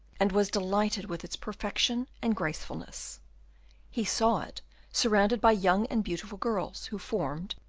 and was delighted with its perfection and gracefulness he saw it surrounded by young and beautiful girls, who formed,